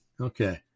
Okay